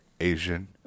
Asian